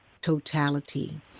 totality